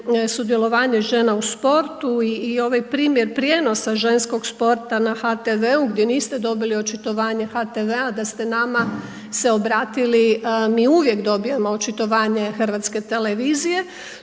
sudjelovanja žena u sportu i ovaj primjer prijenosa ženskog sporta na HTV-u gdje niste dobili očitovanje HTV-a da ste nama se obratili, mi uvijek dobijemo očitovanje HRT-a. To je